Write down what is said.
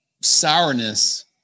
sourness